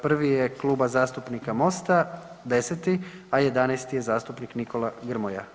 Prvi je Kluba zastupnika Mosta, 10., a 11. je zastupnik Nikola Grmoja.